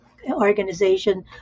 organization